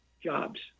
jobs